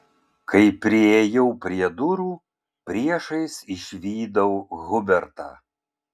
kai priėjau prie durų priešais išvydau hubertą